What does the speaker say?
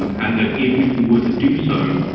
and and ah if if we were to do so,